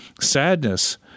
sadness